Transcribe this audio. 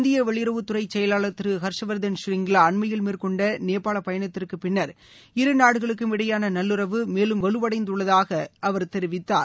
இந்திய வெளியுறவு துறை செயவாளர் திரு ஹர்ஷவர்தள் ஷ்ரிங்வா அண்மையில் மேற்கொண்ட நேபாள பயணத்திற்கு பின்னர் இரு நாடுகளுக்கும் இடையேயான நல்லுறவு மேலும் வலுவளடந்துள்ளது என்று அவர் தெரிவித்தார்